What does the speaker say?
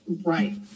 Right